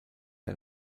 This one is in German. der